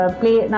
play